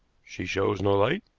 she shows no light,